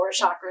chakras